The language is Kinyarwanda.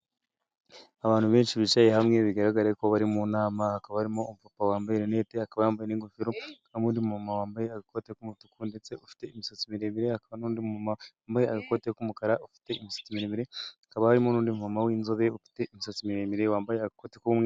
Abantu benshi bicaye hamwe, bigaragara ko bari mu nama. Hakaba harimo umupapa wambaye rinete, akaba yambaye n'ingofero, hakaba harimo n'undi mumama wambaye agakoti k'umutuku ndetse ufite imisatsi miremire, hakaba harimo n'undi mumama wambaye agakoti k'umukara ufite imisatsi miremire, hakaba harimo n'undi mumama w'inzobe ufite imisatsi miremire, wambaye agakoti k'umweru.